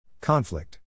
Conflict